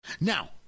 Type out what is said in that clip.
now